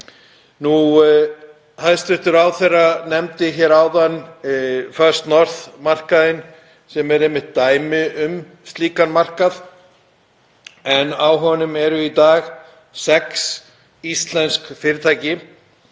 Hæstv. ráðherra nefndi hér áðan First North markaðinn, sem er einmitt dæmi um slíkan markað, en á honum eru í dag sex íslensk fyrirtæki,